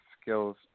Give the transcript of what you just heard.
skills